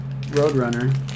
Roadrunner